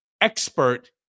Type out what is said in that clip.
expert